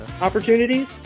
opportunities